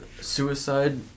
suicide